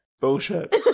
Bullshit